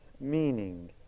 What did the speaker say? meaning